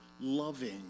loving